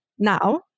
Now